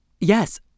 Yes